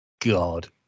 God